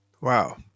Wow